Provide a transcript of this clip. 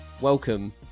Welcome